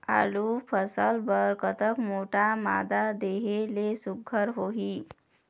आलू फसल बर कतक मोटा मादा देहे ले सुघ्घर होही?